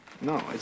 no